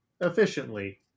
efficiently